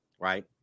right